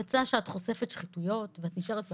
יצא שאת חושפת שחיתויות ואת נשארת בעבודה,